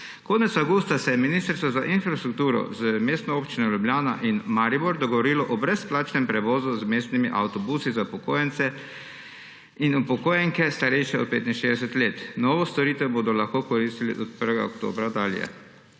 Konec avgusta se je Ministrstvo za infrastrukturo z Mestno občino Ljubljana in Mestno občino Maribor dogovorilo o brezplačnem prevozu z mestnimi avtobusi za upokojence in upokojenke, starejše od 65 let. Novo storitev bodo lahko koristili od 1. oktobra dalje.